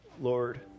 Lord